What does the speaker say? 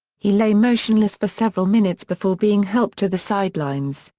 he lay motionless for several minutes before being helped to the sidelines,